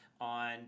on